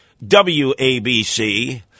W-A-B-C